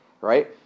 right